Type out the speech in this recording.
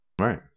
Right